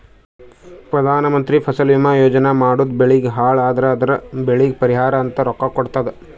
ಪ್ರಧಾನ ಮಂತ್ರಿ ಫಸಲ ಭೀಮಾ ಯೋಜನಾ ಮಾಡುರ್ ಬೆಳಿ ಹಾಳ್ ಅದುರ್ ಆ ಬೆಳಿಗ್ ಪರಿಹಾರ ಅಂತ ರೊಕ್ಕಾ ಕೊಡ್ತುದ್